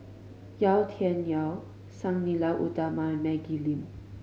Yau Tian Yau Sang Nila Utama and Maggie Lim